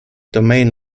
domain